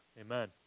Amen